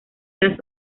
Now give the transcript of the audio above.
las